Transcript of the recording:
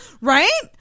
Right